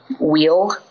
wheel